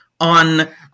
on